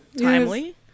timely